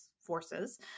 forces